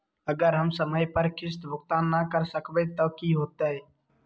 अगर हम समय पर किस्त भुकतान न कर सकवै त की होतै?